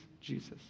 Jesus